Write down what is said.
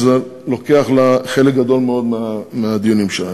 שזה לוקח לה חלק גדול מאוד מהדיונים שלה.